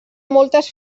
moltes